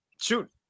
shoot